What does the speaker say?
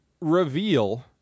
reveal